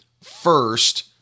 first